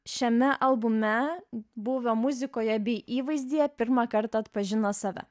šiame albume būvio muzikoje bei įvaizdyje pirmą kartą atpažino save